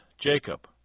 Jacob